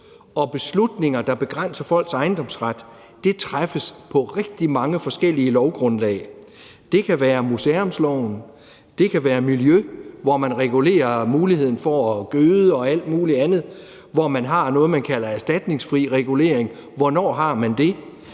og beslutninger, der begrænser folks ejendomsret, træffes på rigtig mange forskellige lovgrundlag. Det kan være museumsloven, eller det kan være i forhold til miljø, hvor man regulerer muligheden for at gøde og alt muligt andet, og hvor man har noget, man kalder erstatningsfri regulering – hvornår har man det?